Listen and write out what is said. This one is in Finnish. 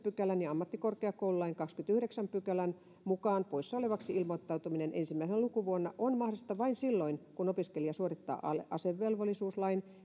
pykälän ja ammattikorkeakoululain kahdennenkymmenennenyhdeksännen pykälän mukaan poissa olevaksi ilmoittautuminen ensimmäisenä lukuvuonna on mahdollista vain silloin kun opiskelija suorittaa asevelvollisuuslain